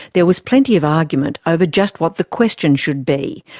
there was plenty of argument over just what the question should be,